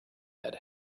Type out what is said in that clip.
had